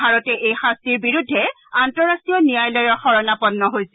ভাৰতে এই শাস্তিৰ বিৰুদ্ধে আন্তঃৰাষ্টীয় ন্যায়ালয়ৰ শৰণাপন্ন হৈছিল